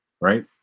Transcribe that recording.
right